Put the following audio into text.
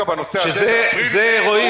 רועי,